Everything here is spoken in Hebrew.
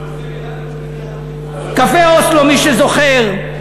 עם ה"קפה אוסלו" מי שזוכר,